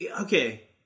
Okay